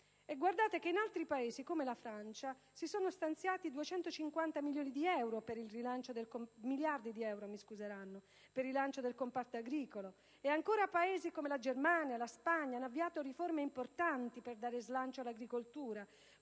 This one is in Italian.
Considerate che in altri Paesi come la Francia si sono stanziati 250 miliardi di euro per il rilancio del comparto agricolo e che Paesi come la Germania e la Spagna hanno avviato riforme importanti per ridare slancio all'agricoltura